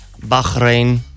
Bahrain